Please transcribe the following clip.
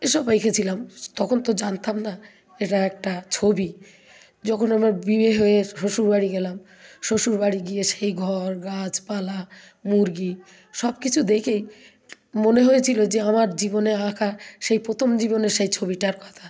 এ সব এঁকেছিলাম তখন তো জানতাম না এটা একটা ছবি যখন আমার বিয়ে হয়ে শ্বশুরবাড়ি গেলাম শ্বশুরবাড়ি গিয়ে সেই ঘর গাছপালা মুরগি সব কিছু দেখেই মনে হয়েছিল যে আমার জীবনে আঁকা সেই প্রথম জীবনের সেই ছবিটার কথা